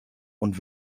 und